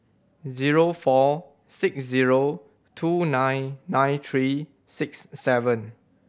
zero four six zero two nine nine three six seven